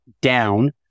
down